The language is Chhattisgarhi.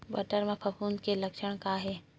बटर म फफूंद के लक्षण का हे?